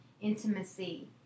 intimacy